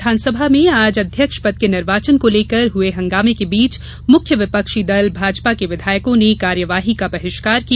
राज्य विधानसभा में आज अध्यक्ष पद के निर्वाचन को लेकर हुए हंगामे के बीच मुख्य विपक्षी दल भाजपा के विधायकों ने कार्यवाही का बहिष्कार किया